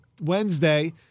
Wednesday